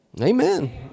Amen